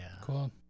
Cool